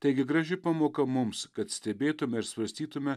taigi graži pamoka mums kad stebėtume ir svarstytume